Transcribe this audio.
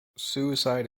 suicide